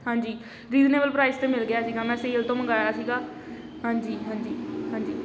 ਹਾਂਜੀ reasonable price 'ਤੇ ਮਿਲ ਗਿਆ ਸੀਗਾ ਮੈਂ ਸੇਲ ਤੋਂ ਮੰਗਵਾਇਆ ਸੀਗਾ ਹਾਂਜੀ ਹਾਂਜੀ ਹਾਂਜੀ